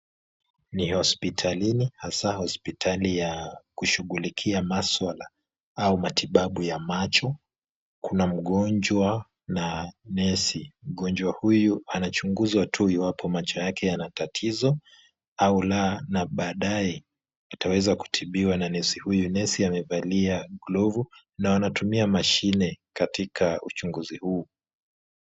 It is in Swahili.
Ni hospitalini hasa hospitali ya yakushughulikia masuala au matibabu ya macho kuna mgonjwa na nesi, mgonjwa huyu anachunguzwa tu iwapo macho yake yana tatizo au la na baadae ataweza kutibiwa na nesi huyo , nesi amevalia glovu na anatumia mashine katika uchunguzi huu.